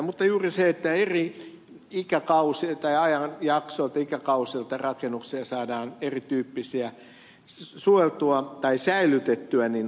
mutta juuri se olisi tärkeää että eri ajanjaksoilta ja ikäkausilta saadaan erityyppisiä rakennuksia suojeltua tai säilytettyä